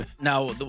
now